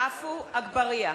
עפו אגבאריה,